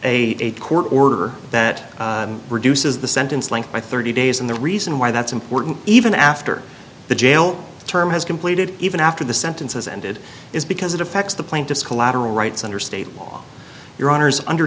a court order that reduces the sentence line by thirty days and the reason why that's important even after the jail term has completed even after the sentences ended is because it affects the plaintiffs collateral rights under state law your honour's under